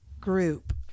group